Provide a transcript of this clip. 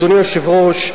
אדוני היושב-ראש,